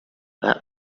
that